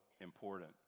important